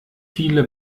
viele